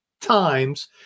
times